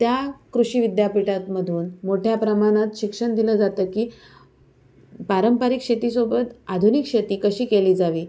त्या कृषी विद्यापीठात मधून मोठ्या प्रमाणात शिक्षण दिलं जातं की पारंपरिक शेतीसोबत आधुनिक शेती कशी केली जावी